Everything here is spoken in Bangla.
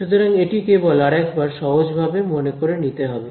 সুতরাং এটি কেবল আরেকবার সহজ ভাবে মনে করে নিতে হবে